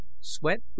sweat